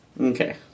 Okay